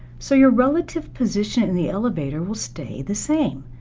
so your relative position in the elevator will stay the same.